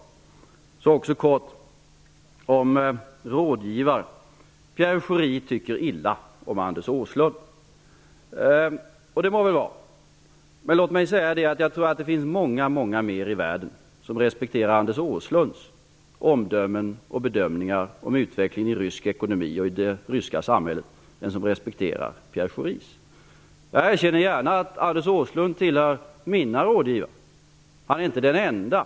Jag skall också säga något kortfattat om rådgivare. Pierre Schori tycker illa om Anders Åslund. Det må väl vara hänt. Jag tror dock att det finns många, många fler i världen som respekterar Anders Åslunds omdömden och bedömningar om utvecklingen i rysk ekonomi och i det ryska samhället än de som respekterar Pierre Schoris bedömningar. Jag erkänner gärna att Anders Åslund tillhör mina rådgivare. Han är inte den enda.